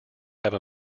have